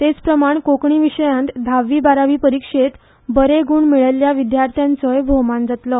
तेच प्रमाण कोंकणी विशयांत धावी आनी बारावी परिक्षेंत बरे गूण मेळयिल्ल्या विद्यार्थ्यांचोय भोवमान जातलो